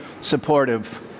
supportive